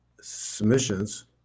submissions